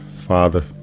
father